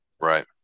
Right